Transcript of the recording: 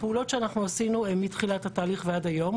הפעולות שאנחנו עשינו הם מתחילת התהליך ועד היום,